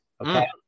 Okay